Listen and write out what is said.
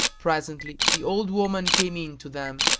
presently the old woman came in to them,